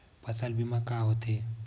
फसल बीमा का होथे?